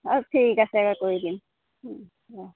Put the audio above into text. অঁ ঠিক আছে কৰি দিম অঁ